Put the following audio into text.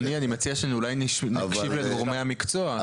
אדוני אני מציע שאולי נקשיב לגורמי המקצוע.